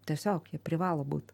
tiesiog jie privalo būt